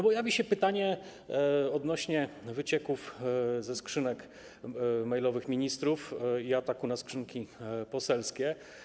Bo jawi się pytanie odnośnie do wycieków ze skrzynek mailowych ministrów i ataku na skrzynki poselskie.